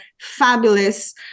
fabulous